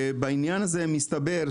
בעניין הזה, צריך